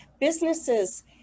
businesses